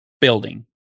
building